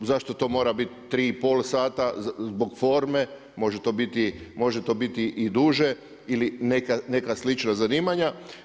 Zašto to mora biti 3,5 sata, zbog forme, može to biti i duže ili neka slična zanimanja.